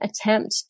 attempt